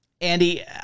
Andy